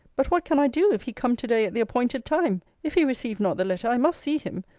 but what can i do, if he come to-day at the appointed time! if he receive not the letter, i must see him,